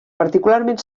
particularment